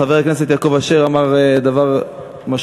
חבר הכנסת יעקב אשר אמר דבר משמעותי